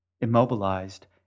Immobilized